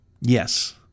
Yes